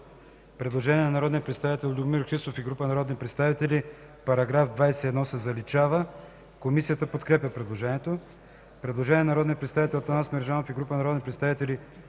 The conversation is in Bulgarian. Предложение на народния представител Любомир Христов и група народни представители: „Параграф 20 се заличава”. Комисията подкрепя това предложение. Предложение на народния представител Атанас Мерджанов и група народни представители: